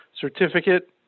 certificate